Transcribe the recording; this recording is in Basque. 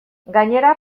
gainera